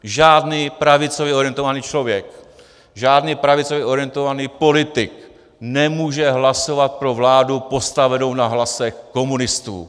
Žádný pravicově orientovaný člověk, žádný pravicově orientovaný politik nemůže hlasovat pro vládu postavenou na hlasech komunistů.